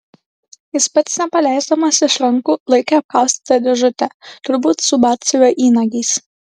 jis pats nepaleisdamas iš rankų laikė apkaustytą dėžutę turbūt su batsiuvio įnagiais